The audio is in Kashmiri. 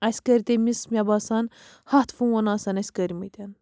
اَسہِ کٔرۍ تٔمِس مےٚ باسان ہَتھ فون آسن اَسہِ کٔرۍمٕتۍ